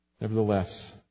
Nevertheless